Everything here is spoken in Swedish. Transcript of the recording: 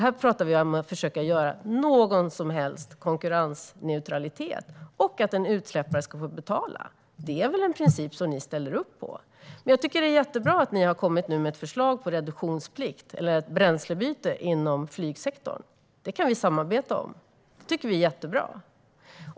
Här pratar vi om att försöka göra så att det blir någon som helst konkurrensneutralitet och att utsläppare ska få betala. Det är väl en princip som ni ställer upp på? Jag tycker att det är jättebra att ni nu har kommit med ett förslag om reduktionsplikt eller bränslebyte inom flygsektorn. Det kan vi samarbeta om; det tycker vi är jättebra.